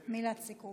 מילת סיכום.